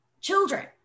children